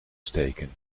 steken